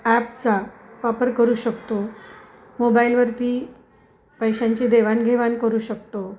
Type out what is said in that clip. ॲपचा वापर करू शकतो मोबाईलवरती पैशांची देवाणघेवाण करू शकतो